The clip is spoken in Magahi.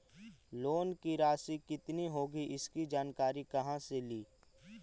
लोन की रासि कितनी होगी इसकी जानकारी कहा से ली?